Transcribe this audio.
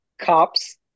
cops